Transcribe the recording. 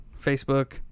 Facebook